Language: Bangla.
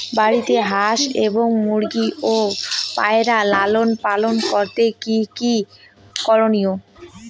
বাড়িতে হাঁস এবং মুরগি ও পায়রা লালন পালন করতে কী কী করণীয়?